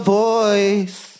voice